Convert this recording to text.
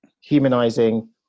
humanizing